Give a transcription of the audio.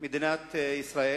מדינת ישראל.